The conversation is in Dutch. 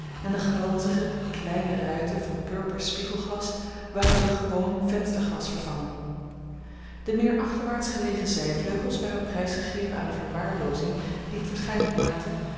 en de glanzige kleine ruiten van purper spiegelglas waren door gewoon vensterglas vervangen de meer achterwaarts gelegen zijvleugels waren prijsgegeven aan eene verwaarloozing die het waarschijnlijk maakte